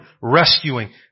rescuing